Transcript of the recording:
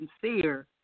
sincere